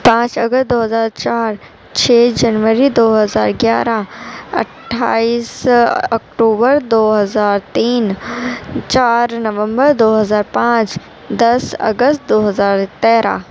پانچ اگست دو ہزار چار چھ جنوری دو ہزار گیارہ اٹھائیس اکٹوبر دو ہزار تین چار نومبر دو ہزار پانچ دس اگست دو ہزار تیرہ